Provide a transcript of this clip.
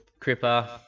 Cripper